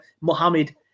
Mohammed